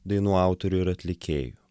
dainų autorių ir atlikėjų